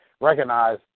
recognize